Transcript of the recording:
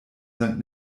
sankt